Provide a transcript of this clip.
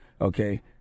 okay